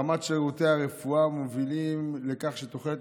רמת שירותי הרפואה מובילה לכך שתוחלת